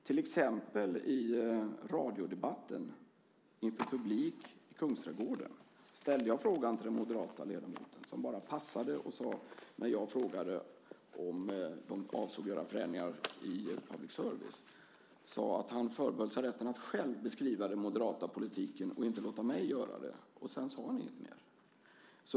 Till exempel i radiodebatten inför publik i Kungsträdgården ställde jag frågan till en moderat ledamot, som bara passade när jag frågade om de avsåg göra några förändringar i public service. Han sade att han förbehöll sig rätten att själv beskriva den moderata politiken och inte låta mig göra det. Sedan sade han inget mer.